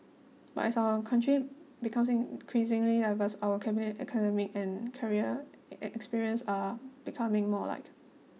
but as our country becomes increasingly diverse our cabinet's academic and career experiences are becoming more alike